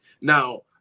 Now